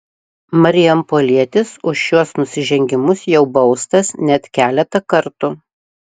marijampolietis už šiuos nusižengimus jau baustas net keletą kartų